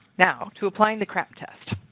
now, to applying the craap test.